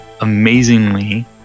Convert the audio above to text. amazingly